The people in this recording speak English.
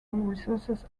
resources